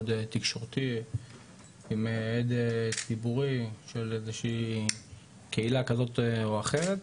מאוד תקשורתי עם עד ציבורי של איזו שהיא קהילה כזאת או אחרת,